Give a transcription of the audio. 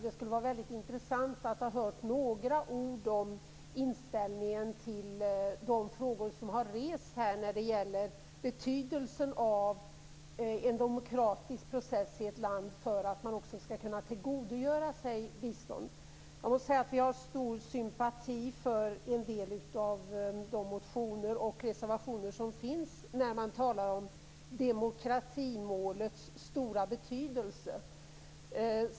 Det skulle vara intressant att höra några ord om inställningen till de frågor som har rests när det gäller betydelsen av en demokratisk process i ett land för att också tillgodogöra sig bistånd. Vi har stor sympati för en del av de motioner och reservationer som finns som gäller demokratimålets stora betydelse.